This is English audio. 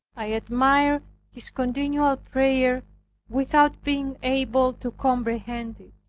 i admired his continual prayer without being able to comprehend it.